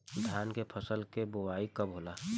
धान के फ़सल के बोआई कब होला?